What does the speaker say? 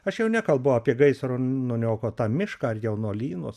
aš jau nekalbu apie gaisro nuniokotą mišką ar jaunuolynus